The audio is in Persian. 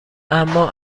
اما